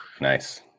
nice